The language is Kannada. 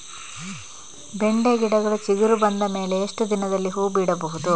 ಬೆಂಡೆ ಗಿಡಗಳು ಚಿಗುರು ಬಂದ ಮೇಲೆ ಎಷ್ಟು ದಿನದಲ್ಲಿ ಹೂ ಬಿಡಬಹುದು?